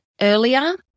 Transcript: earlier